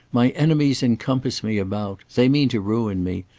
my enemies encompass me about. they mean to ruin me.